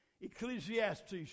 Ecclesiastes